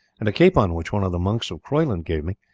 and a capon which one of the monks of croyland gave me.